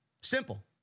Simple